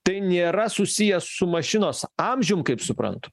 tai nėra susijęs su mašinos amžium kaip suprantu